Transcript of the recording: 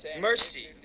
Mercy